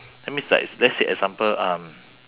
that means like let's say example um